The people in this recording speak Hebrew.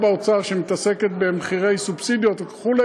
באוצר שמתעסקת במחירי סובסידיות וכו'